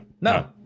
no